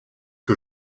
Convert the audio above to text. que